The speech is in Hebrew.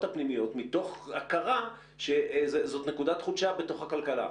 הפנימיות מתוך הכרה שזאת נקודת חולשה בתוך הכלכלה.